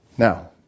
Now